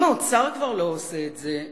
אם האוצר כבר לא עושה את זה,